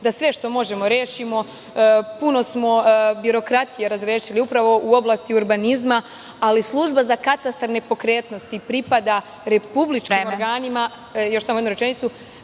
da sve što možemo rešimo, puno smo birokratije razrešili upravo u oblasti urbanizma, ali služba za katastar nepokretnosti pripada republičkim organima, a ne